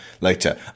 later